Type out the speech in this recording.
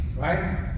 Right